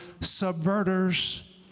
subverters